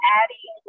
adding